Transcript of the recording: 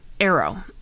Arrow